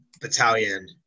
battalion